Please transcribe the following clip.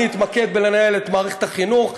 אני אתמקד בלנהל את מערכת החינוך.